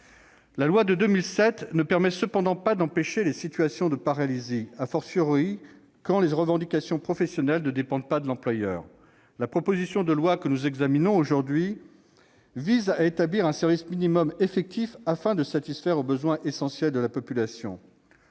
La loi de 2007 ne permet cependant pas d'empêcher les situations de paralysie, quand les revendications professionnelles ne dépendent pas de l'employeur. La proposition de loi que nous examinons aujourd'hui vise à établir un service minimum effectif, afin de satisfaire aux besoins essentiels de la population.